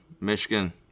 Michigan